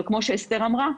אבל כמו שאסתר אמרה,